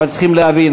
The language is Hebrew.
אבל צריכים להבין,